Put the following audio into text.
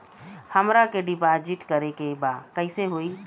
हमरा के डिपाजिट करे के बा कईसे होई?